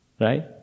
Right